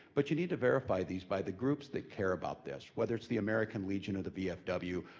but you need to verify these by the groups that care about this. whether it's the american legion or the vfw.